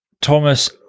Thomas